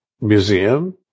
Museum